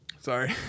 Sorry